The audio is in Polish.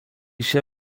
się